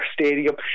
stadium